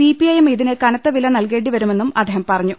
CPIM ഇതിന് കനത്ത വില നൽകേണ്ടിവരുമെന്നും അദ്ദേഹം പറഞ്ഞു